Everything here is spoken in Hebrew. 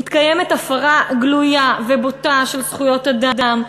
מתקיימת הפרה גלויה ובוטה של זכויות אדם,